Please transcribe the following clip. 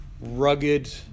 rugged